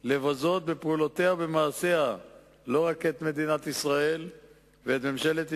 לבזות בפעולותיה ובמעשיה לא רק את מדינת ישראל ואת ממשלת ישראל,